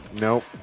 Nope